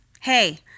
Hey